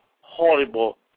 horrible